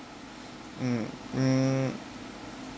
mm mm